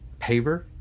paver